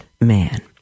man